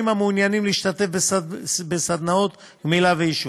המעוניינים להשתתף בסדנאות גמילה מעישון.